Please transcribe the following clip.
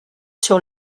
sur